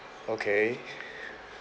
okay